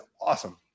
awesome